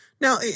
Now